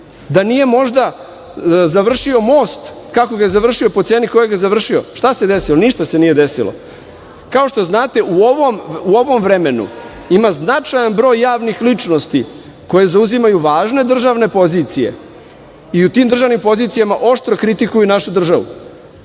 da nije možda završio most kako ga je završio po ceni kojoj ga je završio? Šta se desilo? Ništa se nije desilo. Kao što znate, u ovom vremenu ima značajan broj javnih ličnosti koje zauzimaju važne državne pozicije i u tim državnim pozicijama oštro kritikuju našu državu,